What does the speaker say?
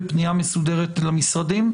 ופנייה מסודרת למשרדים,